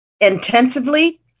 intensively